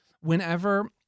whenever